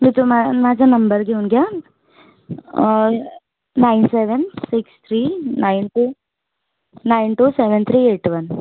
मी तुमा माझा नंबर घेऊन घ्या nine seven six three nine two nine two seven three eight one